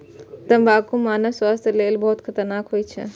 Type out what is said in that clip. तंबाकू मानव स्वास्थ्य लेल बहुत खतरनाक होइ छै